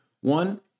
One